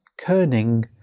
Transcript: kerning